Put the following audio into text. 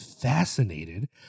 fascinated